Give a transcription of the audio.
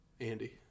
Andy